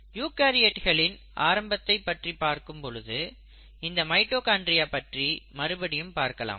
யூகரியோட்களின் ஆரம்பத்தைப் பற்றி பார்க்கும் பொழுது இந்த மைட்டோகாண்ட்ரியா பற்றி மறுபடியும் பார்க்கலாம்